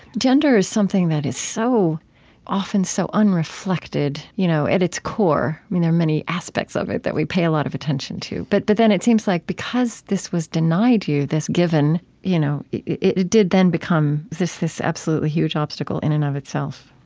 gender is something that is so often so unreflected you know at its core. i mean, there are many aspects of it that we pay a lot of attention to. but but then it seems like because this was denied you, this given you know it it did then become this this absolutely huge obstacle in and of itself